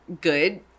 good